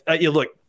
look